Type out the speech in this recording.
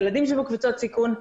ילדים שבקבוצות סיכון,